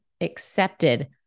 accepted